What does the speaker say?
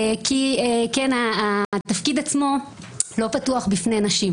כי התפקיד עצמו לא פתוח בפני נשים,